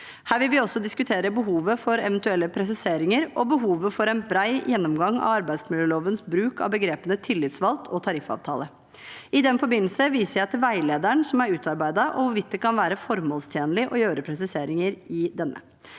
Her vil vi også diskutere behovet for eventuelle presiseringer og behovet for en bred gjennomgang av arbeidsmiljølovens bruk av begrepene «tillitsvalgt» og «tariffavtale». I den forbindelse viser jeg til veilederen som er utarbeidet, og hvorvidt det kan være formålstjenlig å gjøre presiseringer i denne.